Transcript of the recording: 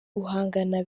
guhangana